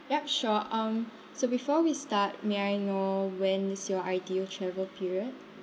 yup sure um so before we start may I know when is your ideal travel period